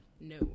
No